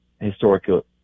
historical